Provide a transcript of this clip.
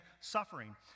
suffering